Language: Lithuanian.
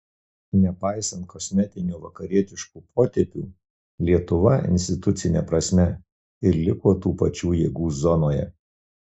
nepaisant kosmetinių vakarietiškų potėpių lietuva institucine prasme ir liko tų pačių jėgų zonoje